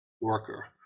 worker